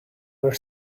were